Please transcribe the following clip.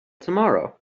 tomorrow